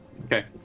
okay